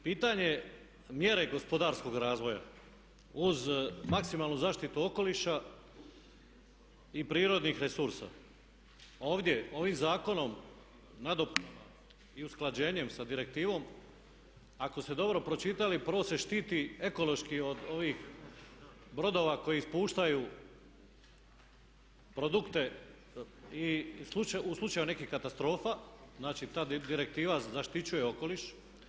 Pitanje mjera gospodarskog razvoja uz maksimalnu zaštitu okoliša i prirodnih resursa ovdje ovim zakonom, nadopunom i usklađenjem sa direktivom, ako ste dobro pročitali, prvo se štiti ekološki od ovih brodova koji ispuštaju produkte i u slučaju nekih katastrofa, znači tad ih direktiva zaštićuje okoliš.